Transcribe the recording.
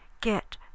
get